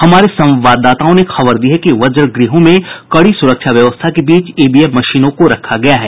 हमारे संवाददाताओं ने खबर दी है कि वजगृहों में कड़ी सुरक्षा व्यवस्था के बीच ईवीएम मशीनों को रखा गया है